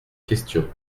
question